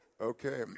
Okay